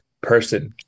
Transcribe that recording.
person